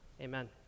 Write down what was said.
Amen